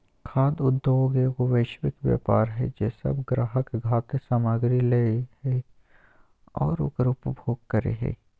खाद्य उद्योगएगो वैश्विक व्यापार हइ जे सब ग्राहक खाद्य सामग्री लय हइ और उकर उपभोग करे हइ